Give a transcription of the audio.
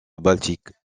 baltique